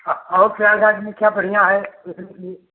हाँ और प्रयागराज में क्या बढ़िया है देखने के लिए